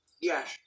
Yes